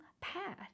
path